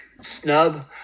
snub